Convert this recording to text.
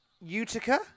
Utica